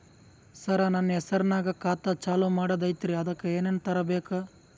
ಸರ, ನನ್ನ ಹೆಸರ್ನಾಗ ಖಾತಾ ಚಾಲು ಮಾಡದೈತ್ರೀ ಅದಕ ಏನನ ತರಬೇಕ?